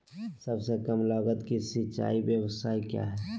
सबसे कम लगत की सिंचाई ब्यास्ता क्या है?